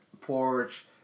porch